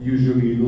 Usually